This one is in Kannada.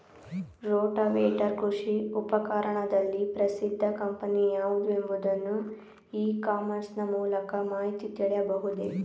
ರೋಟಾವೇಟರ್ ಕೃಷಿ ಉಪಕರಣದಲ್ಲಿ ಪ್ರಸಿದ್ದ ಕಂಪನಿ ಯಾವುದು ಎಂಬುದನ್ನು ಇ ಕಾಮರ್ಸ್ ನ ಮೂಲಕ ಮಾಹಿತಿ ತಿಳಿಯಬಹುದೇ?